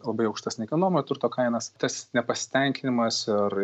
labai aukštas nekilnojamo turto kainas tas nepasitenkinimas ir